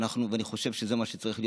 ואני חושב שזה מה שצריך להיות,